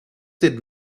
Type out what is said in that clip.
did